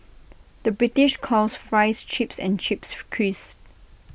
the British calls Fries Chips and Chips Crisps